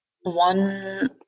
one